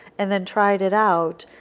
and then tried it out,